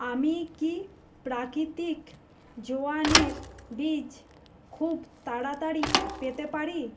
আমি কি প্রাকৃতিক জোয়ানের বীজ খুব তাড়াতাড়ি পেতে পারি